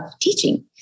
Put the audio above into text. teaching